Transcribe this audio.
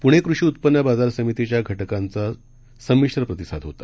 प्णे कृषी उत्पन्न बाजार समितीच्या घटकांचा संमिश्र प्रतिसाद होता